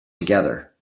together